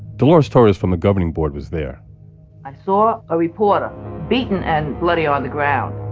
dolores torres from the governing board was there i saw a reporter beaten and bloody on the ground.